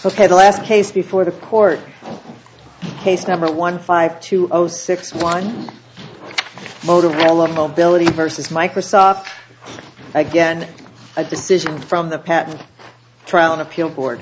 ok the last case before the court case number one five two zero six one motorola mobility versus microsoft again a decision from the patent trial an appeal board